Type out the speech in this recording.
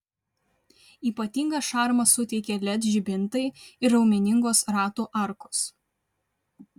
ypatingą šarmą suteikia led žibintai ir raumeningos ratų arkos